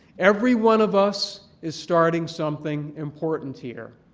every one of us is starting something important here.